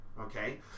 okay